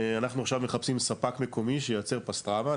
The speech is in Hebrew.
אנחנו עכשיו מחפשים ספק מקומי שייצר פסטרמה,